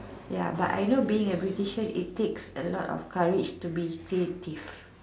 ya but I know being a beautician it takes a lot of courage to be creative